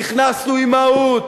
נכנסנו עם מהות.